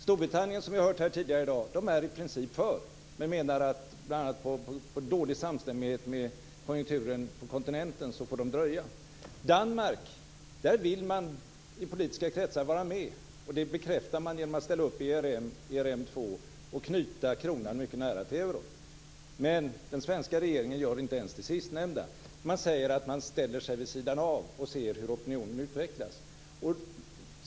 Storbritannien är, som vi har hört tidigare i dag, i princip för men menar att de får dröja bl.a. beroende på dålig samstämmighet med konjunkturen på kontinenten. I Danmark vill man i politiska kretsar vara med, och det bekräftar man genom att ställa upp i ERM 2 och knyta kronan mycket nära till euron. Men den svenska regeringen gör inte ens det sistnämnda. Man säger att man ställer sig vid sidan av och ser hur opinionen utvecklas.